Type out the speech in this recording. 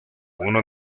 uno